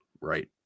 right